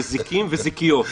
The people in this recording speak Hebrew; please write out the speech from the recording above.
זה זיקים וזיקיות,